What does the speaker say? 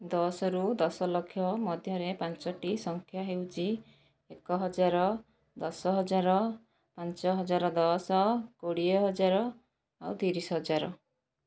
ଦଶରୁ ଦଶ ଲକ୍ଷ ମଧ୍ୟରେ ପାଞ୍ଚଟି ସଂଖ୍ୟା ହେଉଛି ଏକ ହଜାର ଦଶ ହଜାର ପାଞ୍ଚ ହଜାର ଦଶ କୋଡ଼ିଏ ହଜାର ଆଉ ତିରିଶ ହଜାର